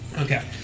Okay